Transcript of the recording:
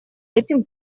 этим